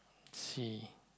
see